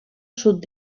sud